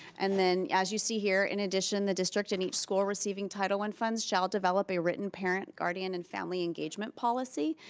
and then as you see here in addition the district in each school receiving title one funds shall develop a written parent, guardian and family engagement policy.